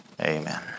amen